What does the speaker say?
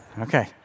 Okay